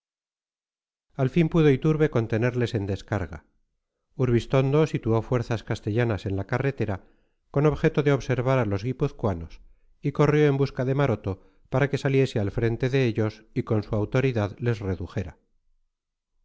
al fin pudo iturbe contenerles en descarga urbistondo situó fuerzas castellanas en la carretera con objeto de observar a los guipuzcoanos y corrió en busca de maroto para que saliese al frente de ellos y con su autoridad les redujera